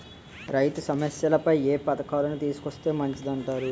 రైతు సమస్యలపై ఏ పథకాలను తీసుకొస్తే మంచిదంటారు?